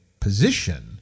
position